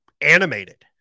animated